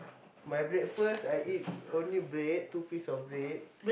my breakfast I eat only bread two piece of bread